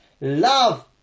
Love